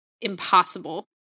impossible